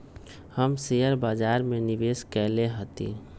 हम शेयर बाजार में निवेश कएले हती